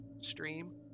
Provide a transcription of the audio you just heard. stream